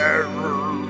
error